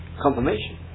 confirmation